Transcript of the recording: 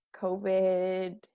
COVID